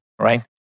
right